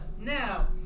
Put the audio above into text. now